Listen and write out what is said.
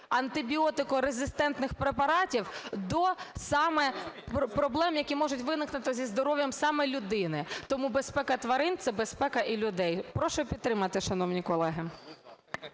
антибіотикорезистентних препаратів, до саме проблем, які можуть виникнути зі здоров'ям саме людини. Тому безпека тварин – це безпека і людей. Прошу підтримати, шановні колеги.